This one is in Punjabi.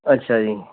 ਅੱਛਾ ਜੀ